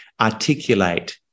articulate